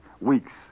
weeks